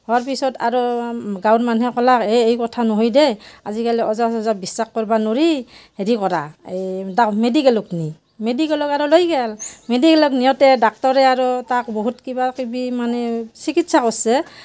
হোৱাৰ পিছত আৰু গাঁৱৰ মানুহে ক'লাক এই এই কথা নহয় দে আজিকালি ওজা চোজা বিশ্বাস কৰবা নোৰি হেৰি কৰা এই যাও মেডিকেলক নি মেডিকেলক আৰু লৈ গেল মেডিকেলক নিওঁতে ডাক্টৰে আৰু তাক বহুত কিবাকিবি মানে চিকিৎসা কৰছে